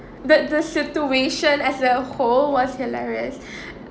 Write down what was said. but the situation as a whole was hilarious